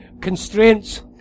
constraints